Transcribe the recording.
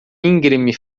íngreme